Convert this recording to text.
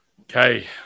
Okay